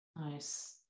Nice